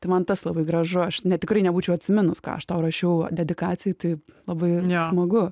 tai man tas labai gražu aš net tikrai nebūčiau atsiminus ką aš tau rašiau dedikacijoj tai labai jo smagu